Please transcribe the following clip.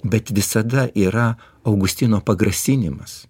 bet visada yra augustino pagrasinimas